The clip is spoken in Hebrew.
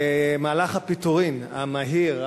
מהלך הפיטורים המהיר,